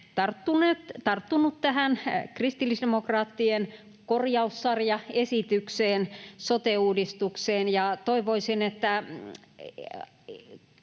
tarttunut tähän kristillisdemokraattien korjaussarjaesitykseen liittyen sote-uudistukseen, ja toivoisin, että